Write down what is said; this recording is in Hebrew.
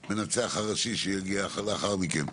את המנצח הראשי שיגיע לאחר מכן.